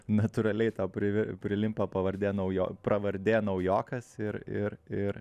natūraliai tau privi prilimpa pavardė naujo pravardė naujokas ir ir ir